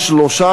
השלושה,